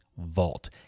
vault